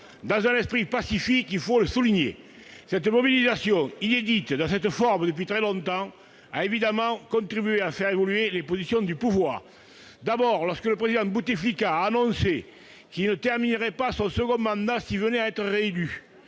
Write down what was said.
dans un esprit pacifique, il faut le souligner. Cette mobilisation, inédite sous cette forme depuis très longtemps, a évidemment contribué à faire évoluer les positions du pouvoir, d'abord lorsque le Président Bouteflika a annoncé qu'il ne terminerait pas son cinquième mandat s'il venait à être réélu,